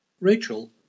rachel